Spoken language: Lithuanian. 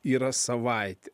yra savaitė